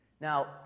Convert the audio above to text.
Now